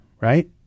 right